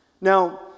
Now